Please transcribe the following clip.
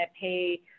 pay